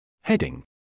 Heading